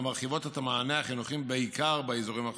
המרחיבות את המענה החינוכי בעיקר באזורים החלשים.